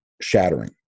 shattering